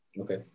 Okay